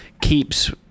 keeps